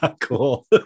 Cool